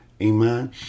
Amen